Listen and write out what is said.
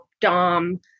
Dom